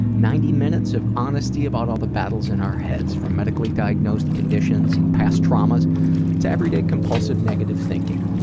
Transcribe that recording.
ninety minutes of honesty about all the battles in our heads, from medically diagnosed conditions and past traumas to everyday compulsive, negative thinking.